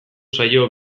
zaio